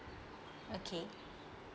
okay